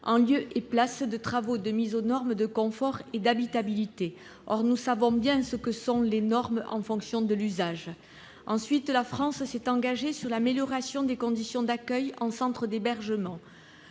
en lieu et place de la mention « travaux de mise aux normes de confort et d'habitabilité ». Or nous savons bien ce qu'il en est des normes applicables en fonction de l'usage. La France s'est engagée sur l'amélioration des conditions d'accueil en centres d'hébergement.